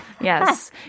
Yes